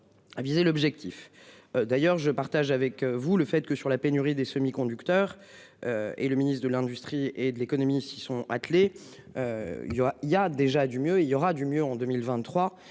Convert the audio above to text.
Viser l'objectif d'ailleurs, je partage avec vous le faites que sur la pénurie des semi-conducteurs. Et le ministre de l'industrie et de l'économie s'y sont attelés. Il y aura, il y a déjà du mieux. Il y aura du mur en 2023